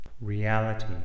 reality